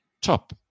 top